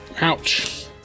Ouch